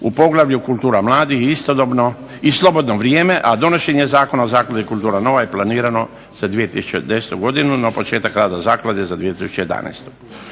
u poglavlju kultura mladih i istodobno, i slobodno vrijeme, a donošenje Zakona o zakladi "Kultura nova" je planirano za 2010. godinu, no početak rada zaklade za 2011.